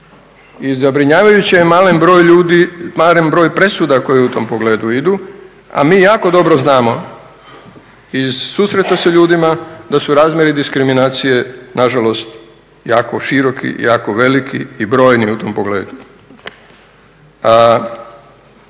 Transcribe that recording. i zabrinjavajući je malen broj presuda koje u tom pogledu idu, a mi jako dobro znamo iz susreta sa ljudima da su razmjeri diskriminacije na žalost jako široki, jako veliki i brojni u tom pogledu.